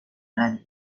radio